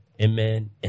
amen